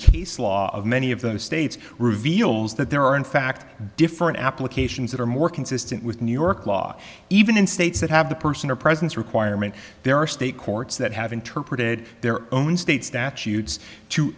case law of many of those states reveals that there are in fact different applications that are more consistent with new york law even in states that have the person or presence requirement there are state courts that have interpreted their own state statutes to